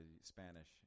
Spanish